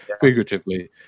figuratively